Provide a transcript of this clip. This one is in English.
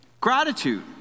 gratitude